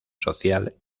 social